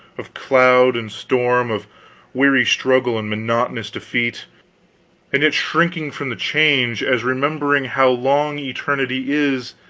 of cloud and storm, of weary struggle and monotonous defeat and yet shrinking from the change, as remembering how long eternity is,